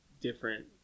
Different